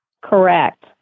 Correct